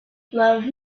love